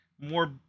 more